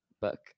book